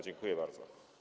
Dziękuję bardzo.